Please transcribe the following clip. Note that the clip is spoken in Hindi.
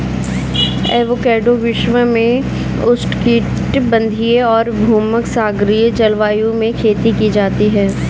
एवोकैडो विश्व में उष्णकटिबंधीय और भूमध्यसागरीय जलवायु में खेती की जाती है